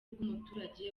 bw’umuturage